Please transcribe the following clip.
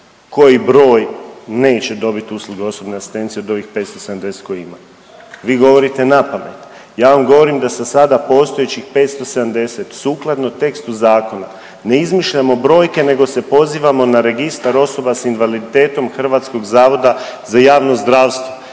koji broj neće dobiti usluge osobne asistencije od ovih 570 kojih ima. Vi govorite napamet. Ja vam govorim da sa sada postojećih 570 sukladno tekstu zakona, ne izmišljamo brojke nego se pozivamo na registar osoba sa invaliditetom HZJZ-a. Taj registar